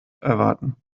erwarten